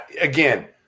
again